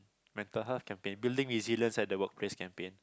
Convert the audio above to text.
mental health campaign building resilience in the workplace campaign